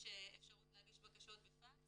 יש אפשרות להגיש בקשות בפקס